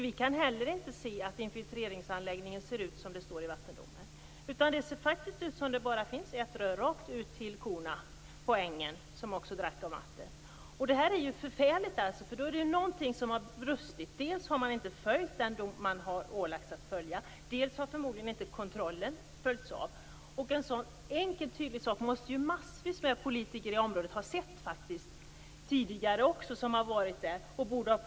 Vi kunde heller inte se att infiltreringsanläggningen ser ut som det står i vattendomen att den skall göra. Det ser faktiskt ut som om det bara finns ett rör rakt ut till korna på ängen, som dricker av vattnet. Det är förfärligt. Det är någonting som har brustit. Dels har man inte följt den dom man har ålagts att följa, dels har det förmodligen inte skett någon kontroll. En sådan enkel tydlig sak måste massvis av områdets politiker har sett tidigare. De borde ha påpekat detta.